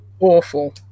awful